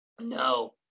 No